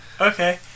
Okay